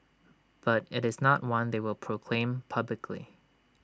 but IT is not one they will proclaim publicly